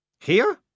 Here